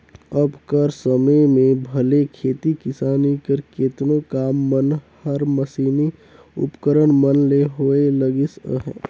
अब कर समे में भले खेती किसानी कर केतनो काम मन हर मसीनी उपकरन मन ले होए लगिस अहे